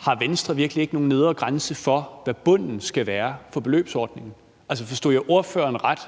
Har Venstre virkelig ikke nogen grænse for, hvad bunden skal være for beløbsordningen? Altså, forstod jeg ordføreren ret,